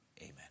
Amen